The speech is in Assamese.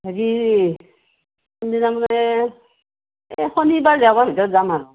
হেৰি কোনদিনা মানে শনিবাৰ দেওবাৰ ভিতৰত যাম আৰু